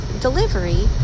delivery